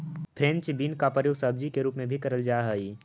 French bean का प्रयोग सब्जी के रूप में भी करल जा हई